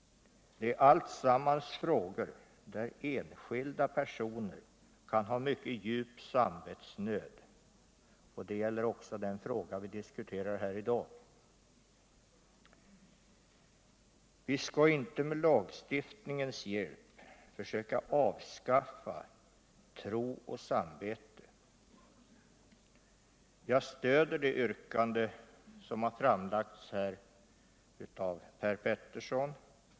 Allesammans är de frågor där enskilda personer kan ha mycket djup samvetsnöd. Detta gäller också den fråga vi diskuterar här i dag. Vi skall inte med lagstiftningens hjälp försöka avskaffa tro och samvete. Jag stöder det yrkande som har framlagts av Per Petersson.